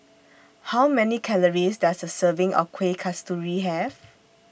How Many Calories Does A Serving of Kueh Kasturi Have